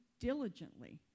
diligently